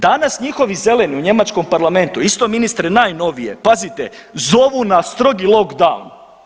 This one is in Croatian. Danas njihovi „zeleni“ u njemačkom parlamentu isto ministre najnovije, pazite zovu na strogi lockdown.